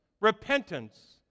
Repentance